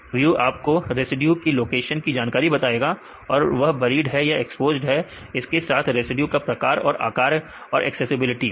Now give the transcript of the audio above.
ASA रियो आपको residue की लोकेशन की जानकारी बताएगा की वह बरीड है या एक्सपोज्ड इसके साथ रेसिड्यू का प्रकार और आकार और एक्सेसिबिलिटी